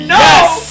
yes